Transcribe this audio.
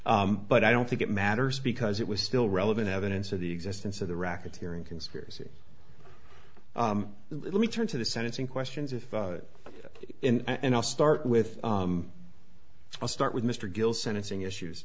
ross but i don't think it matters because it was still relevant evidence of the existence of the racketeering conspiracy let me turn to the sentencing questions if and i'll start with i'll start with mr gill sentencing issues